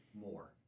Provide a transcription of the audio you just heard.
more